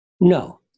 No